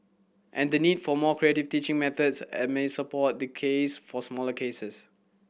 and the need for more creative teaching methods and may support the case for smaller classes